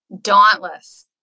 dauntless